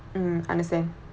mm understand